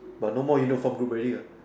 but no more uniform groups already lah